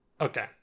okay